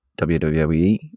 WWE